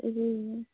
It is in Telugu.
ఇది